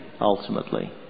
ultimately